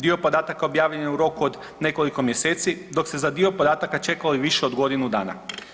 Dio podataka objavljen je u roku od nekoliko mjeseci, dok se za dio podataka čekalo više od godinu dana.